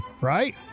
right